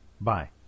Bye